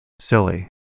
silly